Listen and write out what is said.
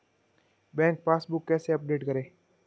Bank passbook कैसे update करें?